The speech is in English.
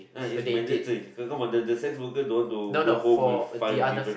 uh is mandatory the sex worker don't want to go home with five different